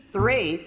Three